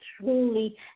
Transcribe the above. truly